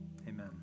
amen